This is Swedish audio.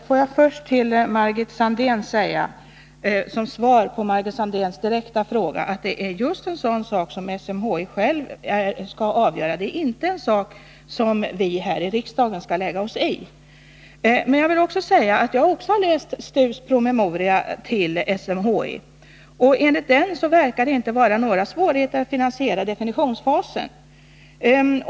Herr talman! Jag vill först svara på Margit Sandéhns direkta fråga att det är en sådan sak som SMHI självt skall avgöra och inte någonting som vi här i riksdagen skall lägga oss i. Jag har också läst STU:s promemoria till SMHI, och enligt den verkar det inte vara några svårigheter att finanisera definitionsfasen.